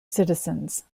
citizens